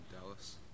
Dallas